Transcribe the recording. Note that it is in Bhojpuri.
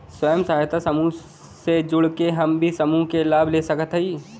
स्वयं सहायता समूह से जुड़ के हम भी समूह क लाभ ले सकत हई?